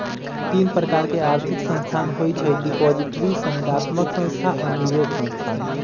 तीन प्रकार के आर्थिक संस्थान होइ छइ डिपॉजिटरी, संविदात्मक संस्था आऽ निवेश संस्थान